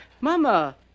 Mama